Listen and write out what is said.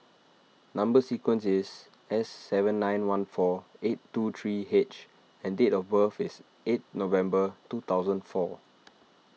Number Sequence is S seven nine one four eight two three H and date of birth is eight November two thousand and four